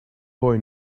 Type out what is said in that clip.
boy